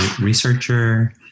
researcher